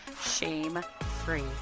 shame-free